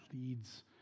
leads